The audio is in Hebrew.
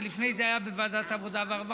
זה היה לפני זה בוועדת העבודה והרווחה,